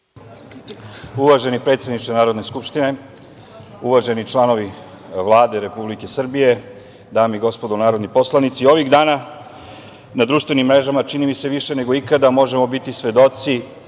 Uvaženi predsedniče Narodne skupštine, uvaženi članovi Vlade Republike Srbije, dame i gospodo narodni poslanici, ovih dana na društvenim mrežama čini mi se više nego ikada možemo biti svedoci